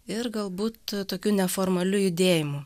ir galbūt tokiu neformaliu judėjimu